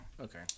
okay